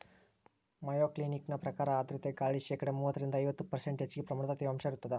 Mayo Clinic ಪ್ರಕಾರ ಆರ್ಧ್ರತೆ ಗಾಳಿ ಶೇಕಡಾ ಮೂವತ್ತರಿಂದ ಐವತ್ತು ಪರ್ಷ್ಂಟ್ ಹೆಚ್ಚಗಿ ಪ್ರಮಾಣದ ತೇವಾಂಶ ಇರತ್ತದ